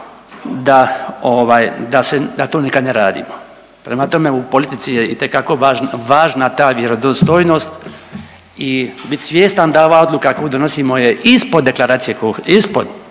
sila, da to nikad ne radimo. Prema tome u politici je itekako važna ta vjerodostojnost i bit svjestan da ova odluka koju donosimo je ispod deklaracije, ispod